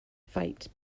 fight